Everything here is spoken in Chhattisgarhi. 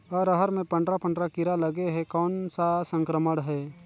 अरहर मे पंडरा पंडरा कीरा लगे हे कौन सा संक्रमण हे?